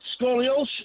scoliosis